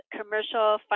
commercial